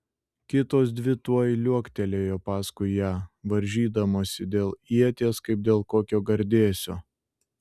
kitos dvi tuoj liuoktelėjo paskui ją varžydamosi dėl ieties kaip dėl kokio gardėsio